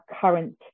current